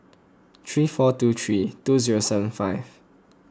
three four two three two zero seven five